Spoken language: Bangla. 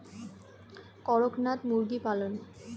করকনাথ মুরগি পালন?